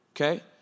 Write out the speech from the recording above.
okay